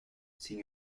sin